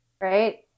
right